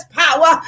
power